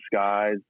skies